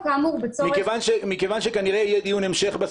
ובהמשך הוועדה ובסוף הממשלה --- איזו ועדה החליטה שיש בעיית ישימות?